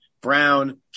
Brown